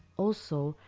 also,